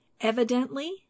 Evidently